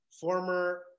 former